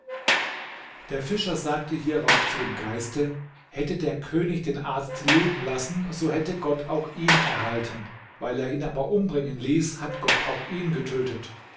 der fischer sagte hierauf zu dem geiste hätte der könig den arzt leben lassen so hätte gott auch ihn erhalten weil er ihn aber umbringen ließ hat gott auch ihn getötet